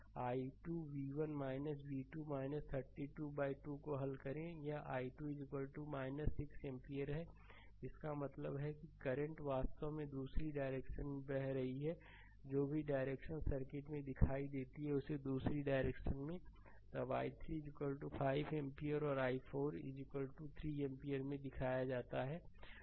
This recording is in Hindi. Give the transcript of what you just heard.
तो i1 10 ampere i2 v1 v2 32 by 2 को हल करें यह i2 6 एम्पीयर है इसका मतलब है कि करंट वास्तव में दूसरी डायरेक्शन में बह रहा है जो भी डायरेक्शन सर्किट में दिखाई देती है उसे दूसरी डायरेक्शन में तब i3 5 एम्पीयर और i 4 3 एम्पीयर में दिखाया जाता है